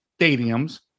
stadiums